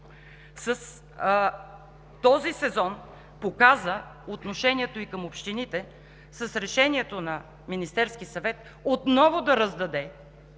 Този сезон показа и отношението към общините с решението на Министерския съвет отново да раздаде